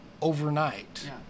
overnight